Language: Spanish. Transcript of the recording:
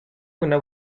una